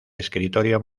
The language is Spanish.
escritorio